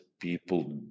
people